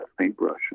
paintbrush